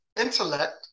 intellect